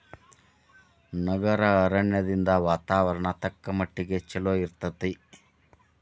ನಗರ ಅರಣ್ಯದಿಂದ ವಾತಾವರಣ ತಕ್ಕಮಟ್ಟಿಗೆ ಚಲೋ ಇರ್ತೈತಿ